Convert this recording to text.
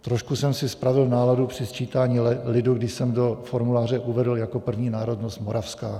Trošku jsem si pravil náladu při sčítání lidu, kdy jsem do formuláře uvedl jako první národnost moravská.